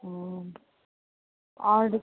हूँ आर